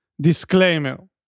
disclaimer